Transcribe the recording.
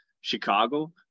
chicago